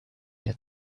der